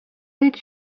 did